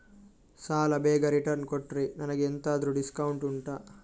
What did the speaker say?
ಸಾಲ ಬೇಗ ರಿಟರ್ನ್ ಕೊಟ್ರೆ ನನಗೆ ಎಂತಾದ್ರೂ ಡಿಸ್ಕೌಂಟ್ ಉಂಟಾ